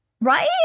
Right